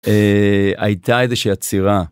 הייתה איזושהי עצירה.